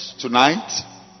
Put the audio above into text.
tonight